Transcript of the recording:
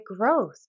growth